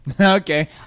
Okay